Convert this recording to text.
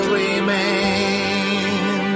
remain